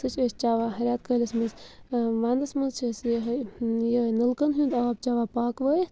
سُہ چھِ أسۍ چٮ۪وان ریٚتہٕ کٲلِس مَنٛز وَندَس مَنٛز چھِ أسۍ یِہوٚے یِہوٚے نَلکَن ہُنٛد آب چٮ۪وان پاکوٲیِتھ